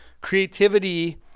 creativity